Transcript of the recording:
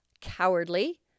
cowardly